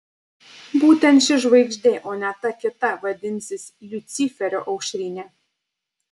būtent ši žvaigždė o ne ta kita vadinsis liuciferio aušrinė